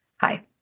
Hi